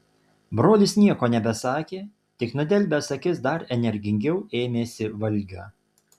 brolis nieko nebesakė tik nudelbęs akis dar energingiau ėmėsi valgio